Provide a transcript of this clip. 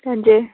हजुर